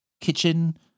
kitchen